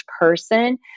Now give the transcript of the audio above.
person